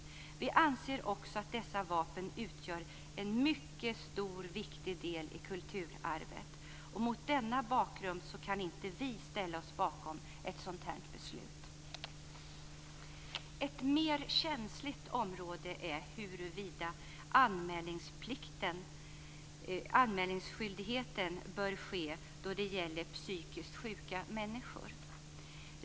Vi anser också att dessa vapen utgör en mycket stor och viktig del i kulturarvet. Mot denna bakgrund kan inte vi ställa oss bakom ett sådant beslut. Ett mer känsligt område är huruvida anmälningsskyldighet bör finnas då det gäller psykiskt sjuka människor.